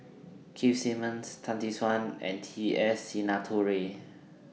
Keith Simmons Tan Tee Suan and T S Sinnathuray